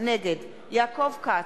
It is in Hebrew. נגד יעקב כץ,